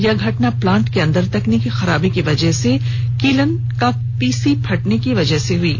यह घटना प्लांट के अंदर तकनीकी खराबी के वजह से कीलन का पीसी फटने से हुई है